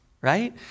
right